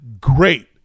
great